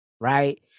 right